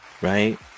right